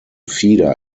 feeder